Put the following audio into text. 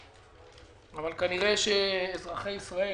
אבל כנראה שאזרחי ישראל,